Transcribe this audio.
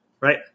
right